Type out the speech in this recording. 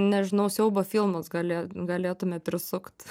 nežinau siaubo filmus gali galėtume prisukt